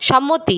সম্মতি